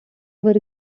were